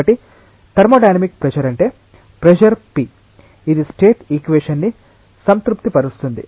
కాబట్టి thermodynamic pressure అంటే pressure p ఇది స్టేట్ ఈక్వేషన్ ని సంతృప్తిపరుస్తుంది